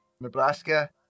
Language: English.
Nebraska